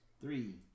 Three